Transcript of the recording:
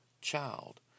child